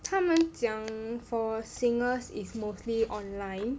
他们讲 for singers is mostly online